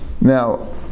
Now